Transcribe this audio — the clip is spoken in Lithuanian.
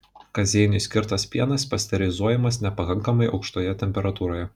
kazeinui skirtas pienas pasterizuojamas nepakankamai aukštoje temperatūroje